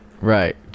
right